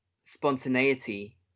spontaneity